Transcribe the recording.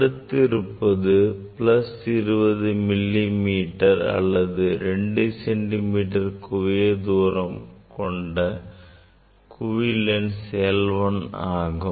அடுத்து இருப்பது 20 millimetre அல்லது 2 சென்டிமீட்டர் குவிய தூரம் உள்ள குவி லென்ஸ் L1 ஆகும்